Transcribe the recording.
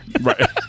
Right